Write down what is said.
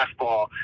fastball